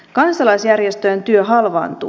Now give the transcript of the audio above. kansalaisjärjestöjen työ halvaantuu